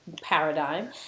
paradigm